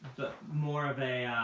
more of a